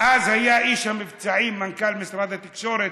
אז איש המבצעים, מנכ"ל משרד התקשורת,